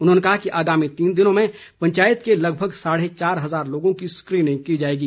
उन्होंने कहा कि आगामी तीन दिनों में पंचायत के लगभग साढ़े चार हजार लोगों की स्क्रीनिंग की जाएगी